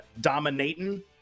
dominating